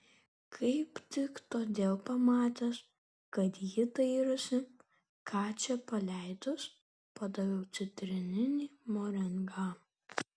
kaip tik todėl pamatęs kad ji dairosi ką čia paleidus padaviau citrininį morengą